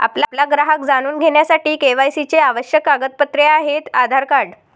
आपला ग्राहक जाणून घेण्यासाठी के.वाय.सी चे आवश्यक कागदपत्रे आहेत आधार कार्ड